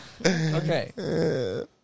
Okay